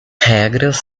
regras